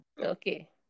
Okay